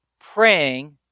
praying